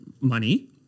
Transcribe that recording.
money